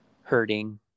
hurting